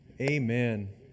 amen